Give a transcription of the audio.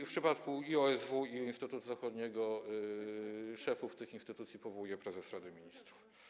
W przypadku i OSW, i Instytutu Zachodniego szefów tych instytucji powołuje prezes Rady Ministrów.